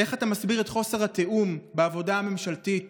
איך אתה מסביר את חוסר התיאום בעבודה הממשלתית